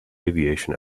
aviation